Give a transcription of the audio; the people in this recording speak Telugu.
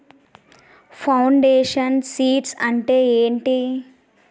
ఫౌండేషన్ సీడ్స్ అంటే ఏంటి?